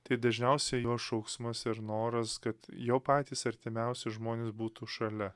tai dažniausiai jo šauksmas ir noras kad jo patys artimiausi žmonės būtų šalia